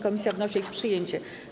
Komisja wnosi o ich przyjęcie.